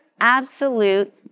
absolute